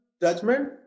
judgment